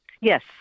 Yes